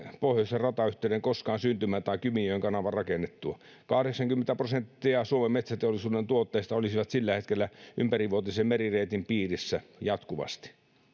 pohjoisen ratayhteyden koskaan syntymään tai kymijoen kanavan rakennettua kahdeksankymmentä prosenttia suomen metsäteollisuuden tuotteista olisi sillä hetkellä ympärivuotisen merireitin piirissä jatkuvasti